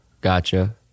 Gotcha